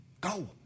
go